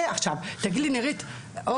תגיד לי: אבל,